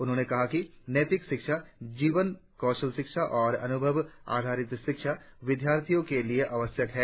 उन्होंने कहा कि नैतिक शिक्षा जीवन कौशल शिक्षा और अनुभव आधारित शिक्षा विद्यार्थियों के लिए आवश्यक है